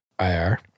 IR